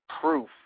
proof